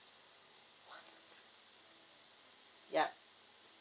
yup